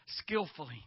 skillfully